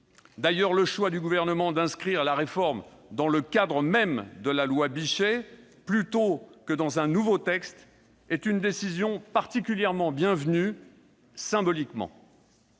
D'ailleurs, le choix du Gouvernement d'inscrire la réforme dans le cadre même de la loi Bichet, plutôt que dans un nouveau texte, est une décision particulièrement bienvenue d'un